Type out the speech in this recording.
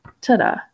ta-da